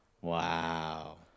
Wow